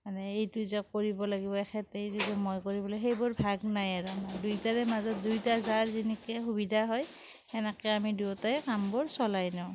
মানে এইটো যে কৰিব লাগিব এখেতেই যদি মই কৰিব লাগিব সেইবোৰ ভাগ নাই আৰু আমাৰ দুয়োটাৰে মাজত দুয়োটাৰ যাৰ যেনেকে সুবিধা হয় সেনেকে আমি দুয়োটাই কামবোৰ চলাই নিওঁ